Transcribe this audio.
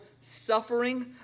suffering